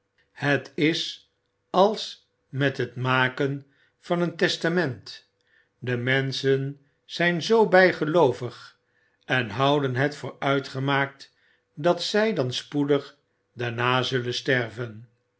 het is als met het maken van een testament de menschen zijn zoo bijgeloovig en houden het voor uitgemaakt dat zij dan spoedig daarna zullen sterven